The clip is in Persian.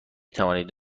توانید